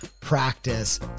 practice